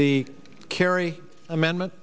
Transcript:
the kerry amendment